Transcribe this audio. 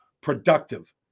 productive